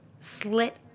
slit